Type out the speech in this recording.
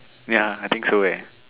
ya I think so eh